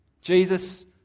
Jesus